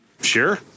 Sure